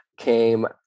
Came